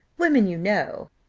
women, you know,